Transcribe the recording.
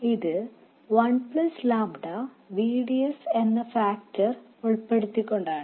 ഇത് 1 ƛ VDS എന്ന factor ഉൾപ്പെടുത്തിക്കൊണ്ടാണ്